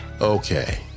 Okay